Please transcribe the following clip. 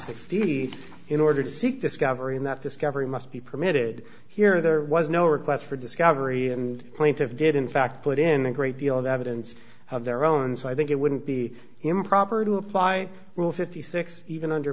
feet in order to seek discovery and that discovery must be permitted here there was no request for discovery and plaintive did in fact put in a great deal of evidence of their own so i think it wouldn't be improper to apply rule fifty six even under